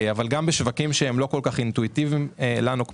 אבל גם בשווקים שהם לא כל כך אינטואיטיביים לנו,